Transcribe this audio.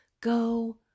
Go